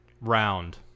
Round